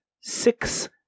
six